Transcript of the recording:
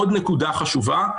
עוד נקודה חשובה: